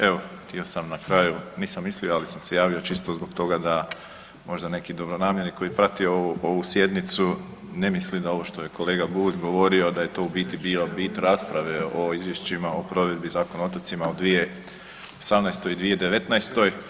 Evo htio sam na kraju, nisam mislio, ali sam se javio čisto zbog toga da možda neki dobronamjerni koji prati ovu, ovu sjednicu ne misli na ovo što je kolega Bulj govorio da je to u biti bio bit rasprave o Izvješćima o provedbi Zakona o otocima u 2018. i 2019.